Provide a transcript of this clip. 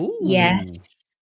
Yes